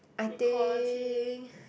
I think